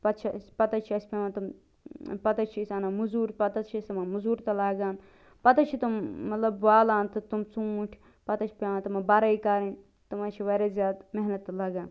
پتہٕ چھُ اسہِ پتہٕ حظ چھُ اسہِ پیٚوان تِم پتہٕ حظ چھِ أسۍ اَنان مزوٗر پتہٕ حظ چھِ أسۍ تِمن مزوٗر تہٕ لاگان پتہٕ حظ چھِ تِم مطلب والان تہٕ تِم ژوٗنٛٹھۍ پتہٕ حظ چھِ پیٚوان تِمن بھرٲے کَرٕنۍ تِمن حظ چھِ وارِیاہ زیادٕ محنت تہٕ لگان